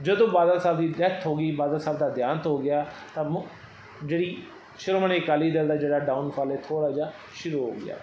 ਜਦੋਂ ਬਾਦਲ ਸਾਹਿਬ ਦੀ ਡੈਥ ਹੋ ਗਈ ਬਾਦਲ ਸਾਹਿਬ ਦਾ ਦੇਂਹਾਤ ਹੋ ਗਿਆ ਤਾਂ ਮੁੱ ਜਿਹੜੀ ਸ਼੍ਰੋਮਣੀ ਅਕਾਲੀ ਦਲ ਦਾ ਜਿਹੜਾ ਡਾਊਨਫਾਲ ਹੈ ਥੋੜ੍ਹਾ ਜਿਹਾ ਸ਼ੁਰੂ ਹੋ ਗਿਆ